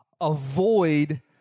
Avoid